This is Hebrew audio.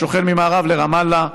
השוכן ממערב לרמאללה,